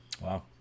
Wow